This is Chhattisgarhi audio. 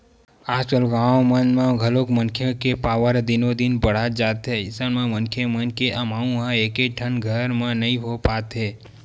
आजकाल गाँव मन म घलोक मनखे के परवार दिनो दिन बाड़हत जात हे अइसन म मनखे मन के अमाउ ह एकेठन घर म नइ हो पात हे